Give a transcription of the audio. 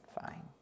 Fine